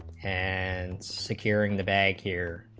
and securing the bank here,